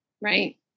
Right